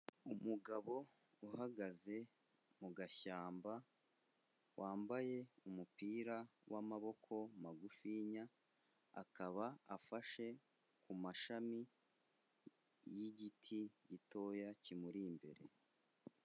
Umugabo uhagaze mu gashyamba, wambaye umupira w'amaboko magufinya, akaba afashe ku mashami y'igiti gitoya kimuri imbere.